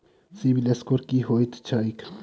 CIBIL score की होइत छैक?